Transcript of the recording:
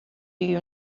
you